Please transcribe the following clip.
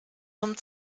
zum